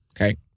Okay